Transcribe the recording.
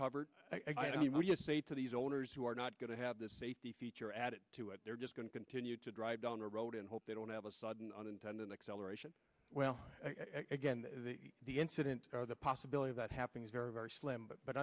you say to these owners who are not going to have this safety feature added to it they're just going to continue to drive down the road and hope they don't have a sudden unintended acceleration well again the incident the possibility of that happening is very very slim but